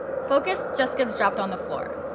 focus just gets dropped on the floor.